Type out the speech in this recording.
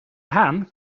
haan